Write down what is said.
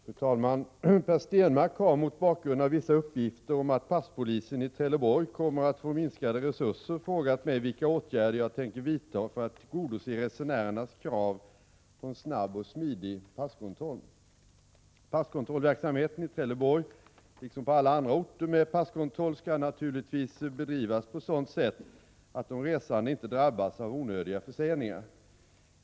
Fru talman! Per Stenmarck har — mot bakgrund av vissa uppgifter om att passpolisen i Trelleborg kommer att få minskade resurser — frågat mig vilka åtgärder jag tänker vidta för att tillgodose resenärernas krav på en snabb och smidig passkontroll. Passkontrollverksamheten i Trelleborg liksom på alla andra orter med passkontroll skall naturligtvis bedrivas på ett sådant sätt att de resande inte drabbas av onödiga förseningar.